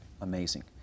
Amazing